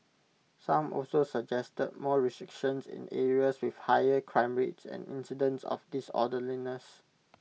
some also suggested more restrictions in areas with higher crime rates and incidents of disorderliness